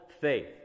faith